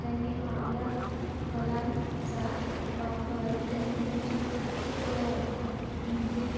त्यांनी आपल्या कलांचा वापर त्यांनी त्यांच्या प्रत्येक म्हणजे